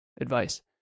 Advice